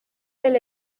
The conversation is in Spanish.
del